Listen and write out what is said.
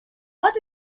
what